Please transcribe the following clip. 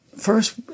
First